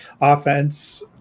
offense